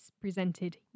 presented